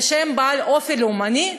שהוא בעל אופי לאומני,